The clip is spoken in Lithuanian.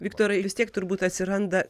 viktorai vis tiek turbūt atsiranda